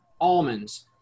almonds